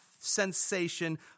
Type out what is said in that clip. sensation